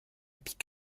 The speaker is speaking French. pick